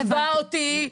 תתבע אותי,